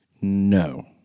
No